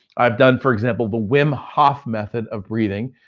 i've done for example, the wim hof method of breathing.